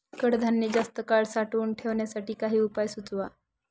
कडधान्य जास्त काळ साठवून ठेवण्यासाठी काही उपाय सुचवा?